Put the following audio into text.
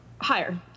higher